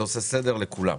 זה עושה סדר לכולם.